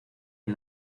que